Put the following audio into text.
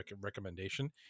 recommendation